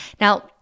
Now